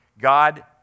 God